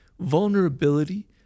vulnerability